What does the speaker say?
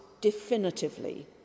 definitively